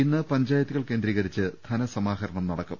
ഇന്ന് പഞ്ചായത്തുകൾ കേന്ദ്രീകരിച്ചു ധനസമാഹരണം നടക്കും